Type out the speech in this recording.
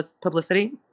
publicity